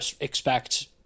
expect